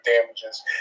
damages